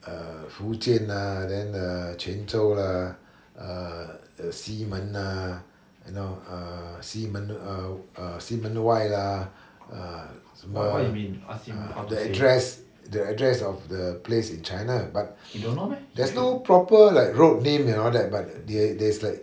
err 福建 lah then err 泉州 lah err 西门 ah you know err 西门 uh err 西门外 lah uh the address the address of the place in china but there's no proper like road name and all that but there's there's like